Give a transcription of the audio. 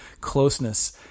closeness